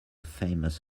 famous